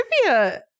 trivia